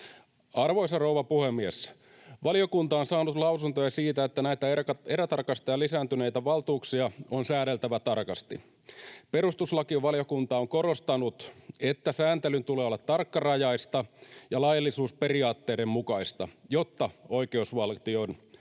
Arvoisa rouva puhemies! Valiokunta on saanut lausuntoja siitä, että näitä erätarkastajan lisääntyneitä valtuuksia on säädeltävä tarkasti. Perustuslakivaliokunta on korostanut, että sääntelyn tulee olla tarkkarajaista ja laillisuusperiaatteiden mukaista, jotta oikeusvaltion